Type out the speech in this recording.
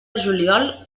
juliol